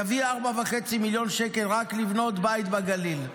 יביא 4.5 מיליון שקל רק כדי לבנות בית בגליל?